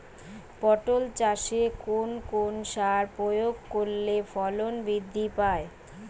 পটল চাষে কোন কোন সার প্রয়োগ করলে ফলন বৃদ্ধি পায়?